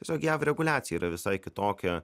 tiesiog jav reguliacija yra visai kitokia